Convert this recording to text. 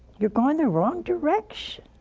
you're going the wrong direction!